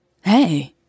Hey